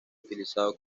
utilizado